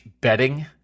betting